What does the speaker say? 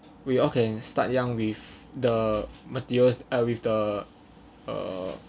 we all can start young with the materials uh with the err